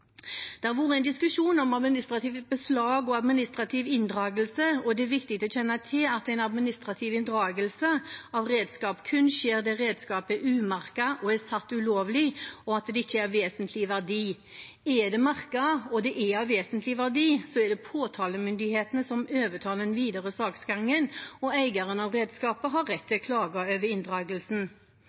administrativ inndragelse, og det er viktig å kjenne til at en administrativ inndragelse av redskaper kun skjer når redskapet er umerket og satt ulovlig og ikke har vesentlig verdi. Er det merket og av vesentlig verdig, er det påtalemyndighetene som overtar den videre saksgangen, og eieren av redskapet har rett til å klage over inndragelsen.